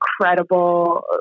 incredible